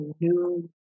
new